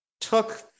took